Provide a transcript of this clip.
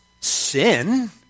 sin